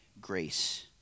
grace